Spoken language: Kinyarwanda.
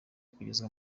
kugezwa